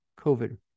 COVID